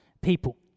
people